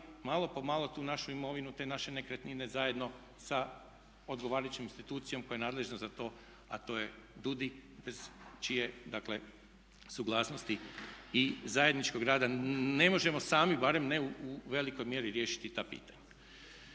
malo po malo tu našu imovinu te naše nekretnine zajedno sa odgovarajućom institucijom koja je nadležna za to a to je DUUDI bez čije dakle suglasnosti i zajedničkog rada ne možemo sami, barem ne u velikoj mjeri, riješiti ta pitanja.